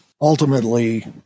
Ultimately